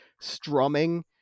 strumming